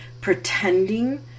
pretending